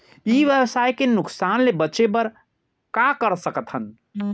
ई व्यवसाय के नुक़सान ले बचे बर का कर सकथन?